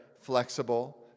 flexible